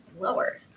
lower